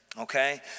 Okay